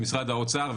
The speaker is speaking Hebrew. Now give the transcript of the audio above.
למשרד האוצר,